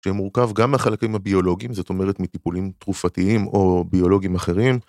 שיהיה מורכב גם מהחלקים הביולוגיים, זאת אומרת, מטיפולים תרופתיים או ביולוגיים אחרים.